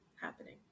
happening